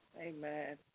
amen